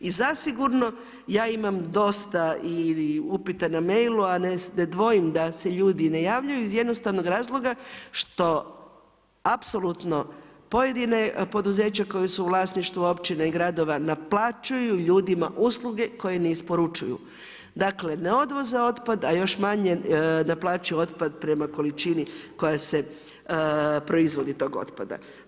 I zasigurno ja imam dosta i upita na mailu a ne dvojim da se ljudi ne javljaju iz jednostavnog razloga što apsolutno pojedina poduzeća koja su u vlasništvu općina i gradova naplaćuju ljudima usluge koje ne isporučuju, dakle, ne odvoze otpad a još manje naplaćuju otpad prema količini koja se proizvodi tog otpada.